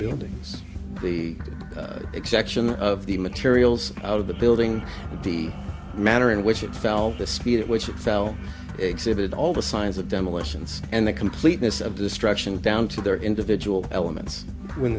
buildings the exception of the materials out of the building the manner in which it fell the speed at which it fell exhibit all the signs of demolitions and the completeness of destruction down to their individual elements when